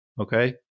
okay